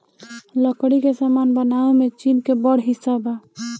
लकड़ी के सामान बनावे में चीन के बड़ हिस्सा बा